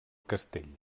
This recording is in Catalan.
castell